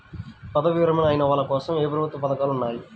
పదవీ విరమణ అయిన వాళ్లకోసం ఏ ప్రభుత్వ పథకాలు ఉన్నాయి?